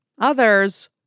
others